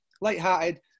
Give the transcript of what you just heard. lighthearted